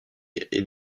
est